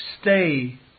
stay